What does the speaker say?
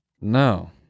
No